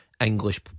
English